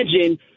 imagine